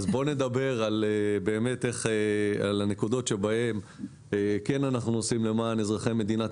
בוא נדבר על הנקודות בהן אנחנו כן עושים למען אזרחי מדינת